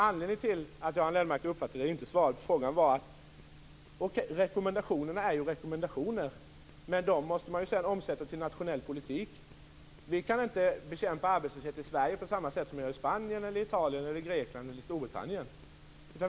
Anledningen till att Göran Lennmarker uppfattade det som att jag inte svarade på frågan var att rekommendationer ju är rekommendationer, men dem måste man sedan omsätta till nationell politik. Vi kan inte bekämpa arbetslösheten i Sverige på samma sätt som man gör i Spanien, Italien, Grekland eller Storbritannien.